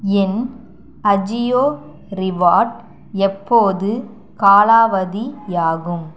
என் Ajio reward எப்போது காலாவதியாகும்